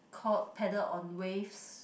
called paddle on waves